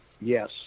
Yes